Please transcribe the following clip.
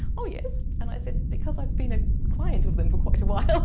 oh yes. and i said, because i've been a client of them for quite a while.